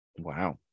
wow